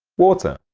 water.